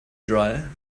dryer